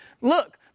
look